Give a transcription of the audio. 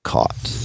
caught